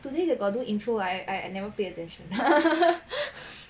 today they got do intro ah I I never pay attention